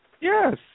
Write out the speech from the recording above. Yes